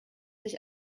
sich